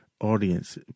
audience